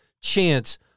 chance